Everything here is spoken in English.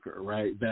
right